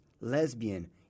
lesbian